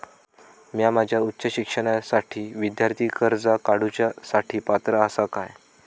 म्या माझ्या उच्च शिक्षणासाठीच्या विद्यार्थी कर्जा काडुच्या साठी पात्र आसा का?